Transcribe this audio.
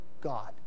God